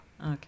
Okay